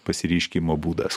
pasireiškimo būdas